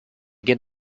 get